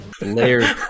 Layers